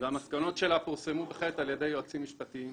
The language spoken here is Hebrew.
והמסקנות שלה פורסמו בחטא על ידי יועצים משפטיים.